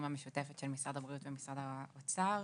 המשותפת של משרד הבריאות ומשרד האוצר,